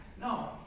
No